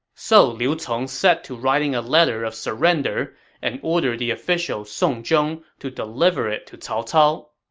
so liu cong set to writing a letter of surrender and ordered the official song zhong to deliver it to cao cao.